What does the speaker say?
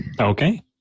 Okay